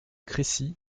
crécy